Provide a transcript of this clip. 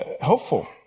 helpful